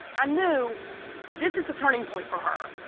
i knew this is the turning point for her,